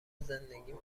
زندگیم